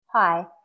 Hi